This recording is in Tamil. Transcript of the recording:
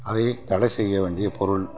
அதை தடை செய்ய வேண்டிய பொருள்